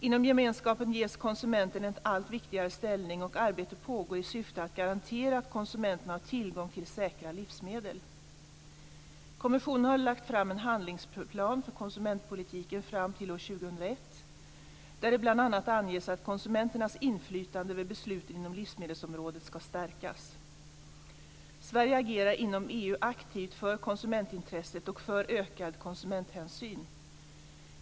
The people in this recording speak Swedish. Inom gemenskapen ges konsumenten en allt viktigare ställning och arbete pågår i syfte att garantera att konsumenterna har tillgång till säkra livsmedel. Kommissionen har lagt fram en handlingsplan för konsumentpolitiken fram till år 2001, där det bl.a. anges att konsumentens inflytande över besluten inom livsmedelsområdet ska stärkas. Sverige agerar inom EU aktivt för konsumentintresset och för ökad konsumenthänsyn.